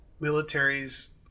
militaries